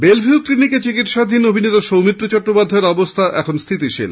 Belle Vue ক্লিনিকে চিকিৎসাধীন অভিনেতা সৌমিত্র চট্টোপাধ্যায়ের অবস্থা স্থিতিশীল